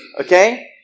okay